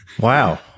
Wow